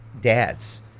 dads